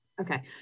Okay